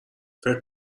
فکر